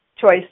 choice